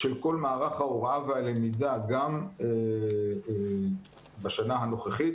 של כל מערך ההוראה והלמידה גם בשנה הנוכחית,